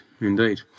indeed